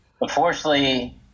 Unfortunately